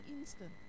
instant